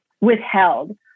withheld